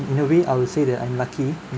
in a way I would say that I'm lucky